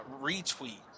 retweet